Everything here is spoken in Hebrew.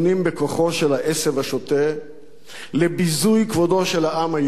של העשב השוטה לביזוי כבודו של העם היהודי,